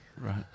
Right